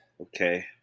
Okay